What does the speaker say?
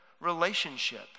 relationship